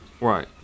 Right